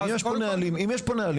יש פה נהלים, אם יש פה נהלים